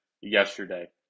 yesterday